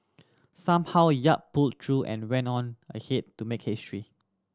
somehow Yap pulled through and went on ahead to make it history